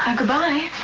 ah goodbye.